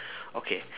okay